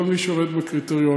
לכל מי שעומד בקריטריונים,